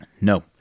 No